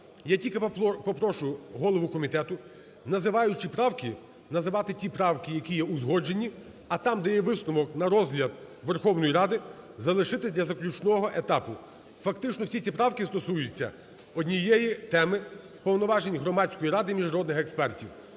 Я тільки попрошу голову комітету називаючи правки, називати ті правки, які є узгоджені. А там, де є висновок – на розгляд Верховної Ради – залишити для заключного етапу. Фактично всі ці правки стосуються однієї теми – повноважень Громадської ради міжнародних експертів.